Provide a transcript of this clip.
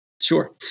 sure